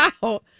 Wow